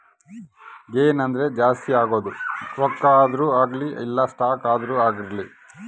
gain ಅಂದ್ರ ಜಾಸ್ತಿ ಆಗೋದು ರೊಕ್ಕ ಆದ್ರೂ ಅಗ್ಲಿ ಇಲ್ಲ ಸ್ಟಾಕ್ ಆದ್ರೂ ಆಗಿರ್ಲಿ